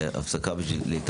הישיבה ננעלה בשעה 11:45.